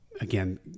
again